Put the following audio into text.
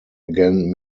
again